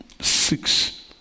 six